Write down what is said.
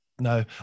No